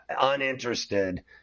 uninterested